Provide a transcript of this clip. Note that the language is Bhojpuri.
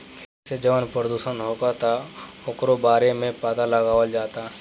खेती से जवन प्रदूषण होखता ओकरो बारे में पाता लगावल जाता